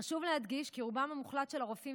חשוב להדגיש כי רובם המוחלט של הרופאים